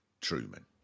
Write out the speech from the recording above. Truman